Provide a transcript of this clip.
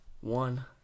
one